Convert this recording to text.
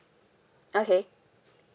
okay